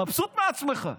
מבסוט מעצמך,